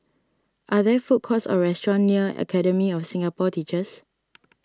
are there food courts or restaurants near Academy of Singapore Teachers